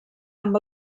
amb